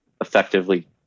effectively